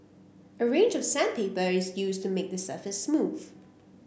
a range of sandpaper is used to make the surface smooth